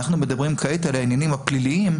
אנחנו מדברים כעת על העניינים הפליליים,